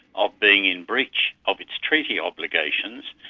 of being in breach of its treaty obligations,